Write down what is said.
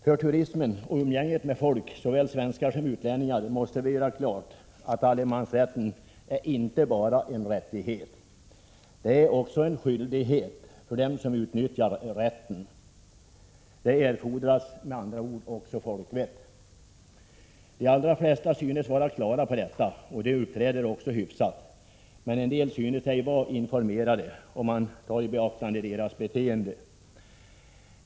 Vi måste göra klart för såväl svenskar som utlänningar att allemansrätten inte bara är en rättighet. Den innebär också en skyldighet för dem som utnyttjar rätten. Det erfordras med andra ord också folkvett. De allra flesta synes vara på det klara med detta och uppträder således hyfsat, men en del synes ej vara informerade, om man tar i beaktande deras beteende.